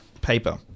paper